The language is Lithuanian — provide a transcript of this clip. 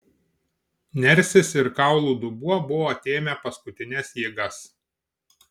nersis ir kaulų dubuo buvo atėmę paskutines jėgas